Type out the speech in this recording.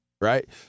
right